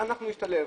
אנחנו נשתלב".